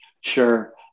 Sure